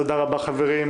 תודה רבה חברים.